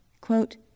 quote